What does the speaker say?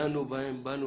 דנו בהן, באנו